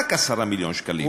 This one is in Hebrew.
רק 10 מיליון שקלים.